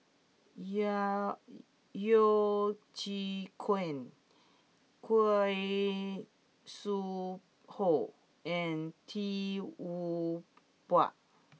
ya Yeo Chee Kiong Khoo Sui Hoe and Tee Tua Ba